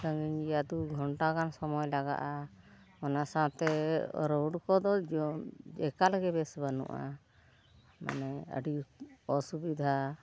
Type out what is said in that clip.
ᱥᱟᱺᱜᱤᱧ ᱜᱮᱭᱟ ᱫᱩ ᱜᱷᱚᱱᱴᱟ ᱜᱟᱱ ᱥᱚᱢᱚᱭ ᱞᱟᱜᱟᱜᱼᱟ ᱚᱱᱟ ᱥᱟᱶᱛᱮ ᱨᱳᱰ ᱠᱚᱫᱚ ᱡᱚᱢ ᱮᱠᱟᱞ ᱜᱮ ᱵᱮᱥ ᱵᱟᱹᱱᱩᱜᱼᱟ ᱢᱟᱱᱮ ᱟᱹᱰᱤ ᱚᱥᱩᱵᱤᱫᱷᱟ